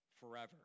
forever